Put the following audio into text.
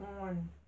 on